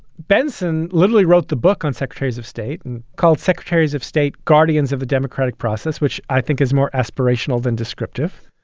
benson literally wrote the book on secretaries of state and called secretaries of state, guardians of the democratic process, which i think is more aspirational aspirational than descriptive.